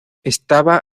estaba